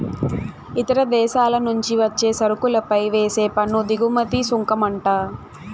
ఇతర దేశాల నుంచి వచ్చే సరుకులపై వేసే పన్ను దిగుమతి సుంకమంట